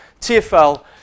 TFL